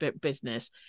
business